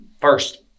First